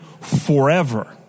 forever